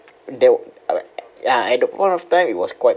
there uh ya at the point of time it was quite